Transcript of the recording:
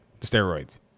steroids